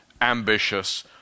ambitious